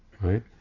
Right